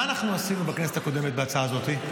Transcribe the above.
מה עשינו בכנסת הקודמת בהצעה הזאת?